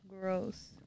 gross